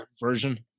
version